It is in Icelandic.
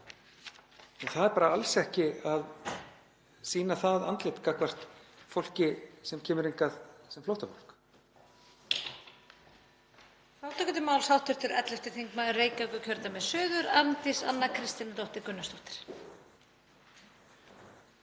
fólks, er bara alls ekki að sýna það andlit gagnvart fólki sem kemur hingað sem flóttafólk.